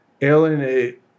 alienate